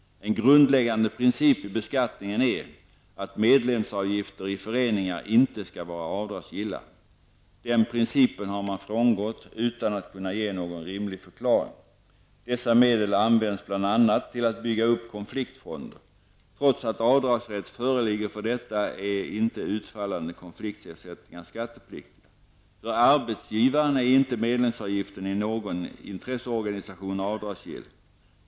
En grundläggande princip i beskattningen är att medlemsavgifter i föreningar inte skall vara avdragsgilla. Den principen har man frångått utan att kunna ge någon rimlig förklaring. Dessa medel används bland annat till att bygga upp konfliktfonder. Trots att avdragsrätt föreligger för detta är inte utfallande konfliktersättningar skattepliktiga. För arbetsgivaren är inte medlemsavgiften i någon intresseorganisation avdragsgill.